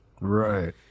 Right